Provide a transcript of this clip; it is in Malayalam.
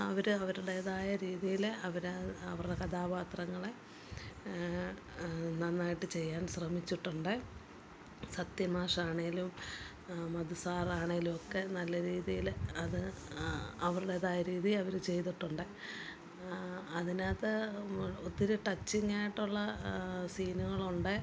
അവര് അവരുടെതായ രീതിയില് അവര് അവരുടെ കഥാപാത്രങ്ങളെ നന്നായിട്ട് ചെയ്യാൻ ശ്രമിച്ചിട്ടുണ്ട് സത്യന്മാഷാണേലും മധുസാറാണേലും ഒക്കെ നല്ല രീതിയില് അത് അവരുടേതായ രീതി അവര് ചെയ്തിട്ടുണ്ട് അതിനകത്ത് ഒത്തിരി ടച്ചിങ്ങായിട്ടുള്ള സീനുകളുണ്ട്